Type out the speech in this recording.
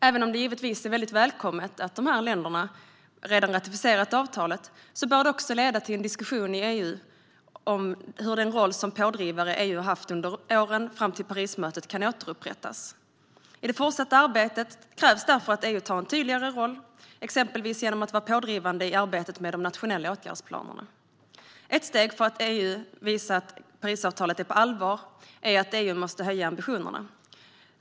Även om det givetvis är väldigt välkommet att dessa länder redan ratificerat avtalet bör det också leda till en diskussion i EU om hur den roll som pådrivare som EU haft under åren fram till Parismötet kan återupprättas. I det fortsatta arbetet krävs därför att EU tar en tydligare roll, exempelvis genom att vara pådrivande i arbetet med de nationella åtgärdsplanerna. Godkännande av klimatavtalet från Paris EU måste höja ambitionerna. Det är ett sätt för EU att visa att Parisavtalet är på allvar.